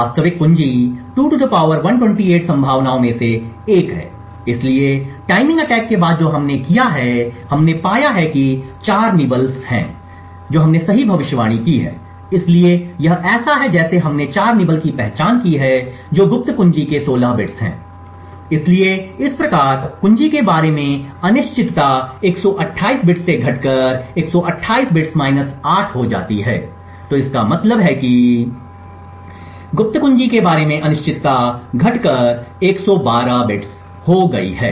वास्तविक कुंजी 2 128 संभावनाओं में से एक है इसलिए टाइमिंग अटैक के बाद जो हमने किया है हमने पाया है कि 4 निबल हैं जो हमने सही भविष्यवाणी की हैं इसलिए यह ऐसा है जैसे हमने 4 निबल की पहचान की है जो गुप्त कुंजी के 16 बिट्स हैं इसलिए इस प्रकार कुंजी के बारे में अनिश्चितता 128 बिट्स से घटकर 128 बिट्स माइनस 8 हो जाती है तो इसका मतलब है कि गुप्त कुंजी के बारे में अनिश्चितता घटकर 112 बिट्स हो गई है